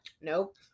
Nope